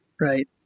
right